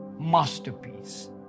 masterpiece